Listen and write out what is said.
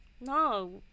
No